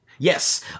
Yes